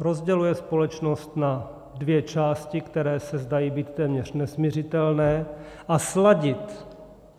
Rozděluje společnost na dvě části, které se zdají být téměř nesmiřitelné, a sladit